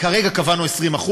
כרגע קבענו 20%,